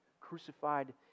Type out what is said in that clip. crucified